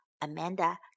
Amanda